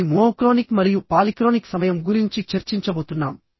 మనం ఈ మోనోక్రోనిక్ మరియు పాలిక్రోనిక్ సమయం గురించి చర్చించబోతున్నాం